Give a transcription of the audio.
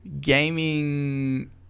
gaming